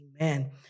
Amen